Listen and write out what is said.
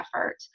effort